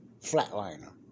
Flatliner